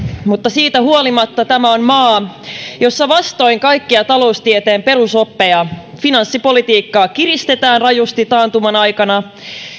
mutta siitä huolimatta tämä on maa jossa vastoin kaikkia taloustieteen perusoppeja finanssipolitiikkaa kiristetään rajusti taantuman aikana